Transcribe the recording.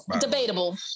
Debatable